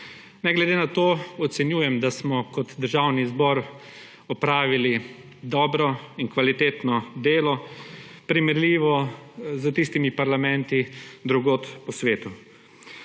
Ne glede na to ocenjujem, da smo kot Državni zbor opravili dobro in kvalitetno delo, primerljivo s parlamenti drugje po svetu.